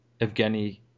Evgeny